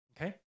Okay